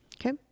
Okay